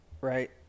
right